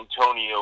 Antonio